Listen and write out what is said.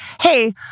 Hey